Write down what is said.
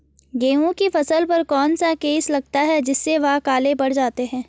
गेहूँ की फसल पर कौन सा केस लगता है जिससे वह काले पड़ जाते हैं?